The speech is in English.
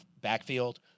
backfield